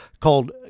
called